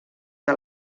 que